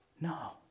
No